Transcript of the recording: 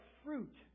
fruit